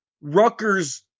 Rutgers